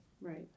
Right